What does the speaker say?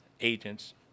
agents